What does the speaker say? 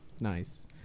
nice